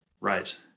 Right